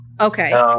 Okay